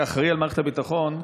כאחראי למערכת הביטחון,